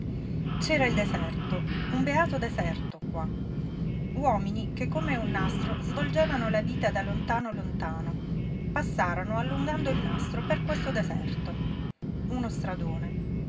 c'era il deserto un beato deserto qua uomini che come un nastro svolgevano la vita da lontano lontano passarono allungando il nastro per questo deserto uno stradone